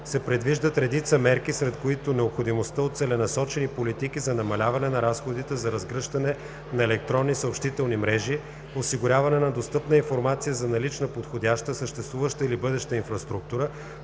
се предвиждат редица мерки, сред които необходимостта от целенасочени политики за намаляване на разходите за разгръщане на електронни съобщителни мрежи, осигуряване на достъпна информация за налична подходяща (съществуваща или бъдеща инфраструктура),